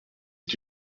est